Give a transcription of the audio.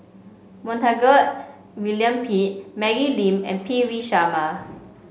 Montague William Pett Maggie Lim and P V Sharma